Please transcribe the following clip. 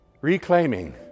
reclaiming